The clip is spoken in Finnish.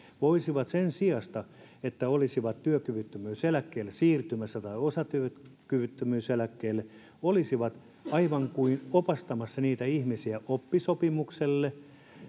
voisivat sen sijasta että olisivat työkyvyttömyyseläkkeelle tai osatyökyvyttömyyseläkkeelle siirtymässä olisivat ikään kuin opastamassa niitä ihmisiä oppisopimuksen